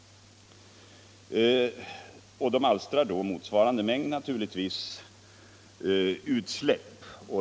Verken alstrar naturligtvis motsvarande mängd utsläpp.